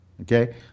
Okay